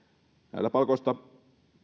näillä palkoista